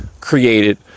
created